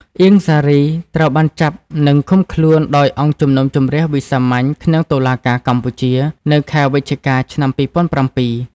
អៀង សារី ត្រូវបានចាប់និងឃុំខ្លួនដោយ អង្គជំនុំជម្រះវិសាមញ្ញក្នុងតុលាការកម្ពុជា នៅខែវិច្ឆិកា ឆ្នាំ២០០៧ ។